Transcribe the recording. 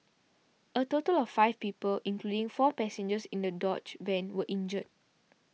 a total of five people including four passengers in the Dodge van were injured